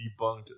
debunked